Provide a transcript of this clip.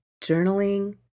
journaling